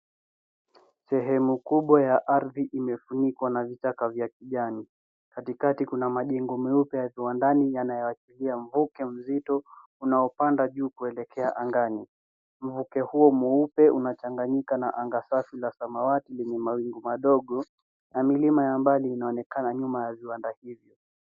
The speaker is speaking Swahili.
Sehemu kubwa ya ardhi imefunikwa na vichaka vya kijani. Katikati kuna majengo meupe ya viwandani yanayoachilia mvuke mzito, unaopanda juu kuelekea angani. Mvuke huo mweupe unachanganyika na anga safi la samawati lenye mawingu madogo, na milima ya mbali inaonekana nyuma ya viwanda hivyo.